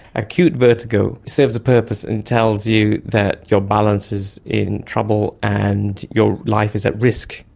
acute vertigo serves a purpose and tells you that your balance is in trouble and your life is at risk,